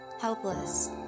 Helpless